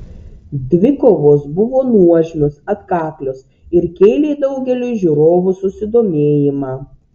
dvikovos buvo nuožmios atkaklios ir kėlė daugeliui žiūrovų susidomėjimą